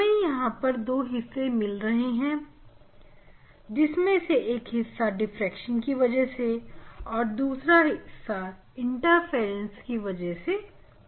हमें यहां दो हिस्से मिल रहे हैं जिसमें से एक हिस्सा डिफ्रेक्शन की वजह से और दूसरा हिस्सा इंटरफेरेंस की वजह से मिल रहा है हालांकि यह सब पूरा डिफ्रेक्शन ही है